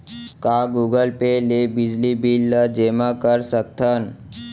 का Google Pay ले बिजली बिल ल जेमा कर सकथन?